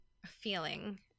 feeling